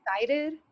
excited